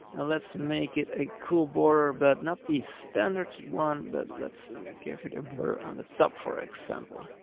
and let's make it a cool border, but not the standard one. but let's give it a border on the top for example.